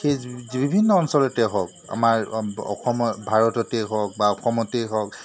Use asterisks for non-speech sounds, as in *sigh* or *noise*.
সেই *unintelligible* বিভিন্ন অঞ্চলতে হওক আমাৰ অসম ভাৰততেই হওক বা অসমতেই হওক